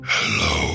Hello